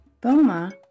Boma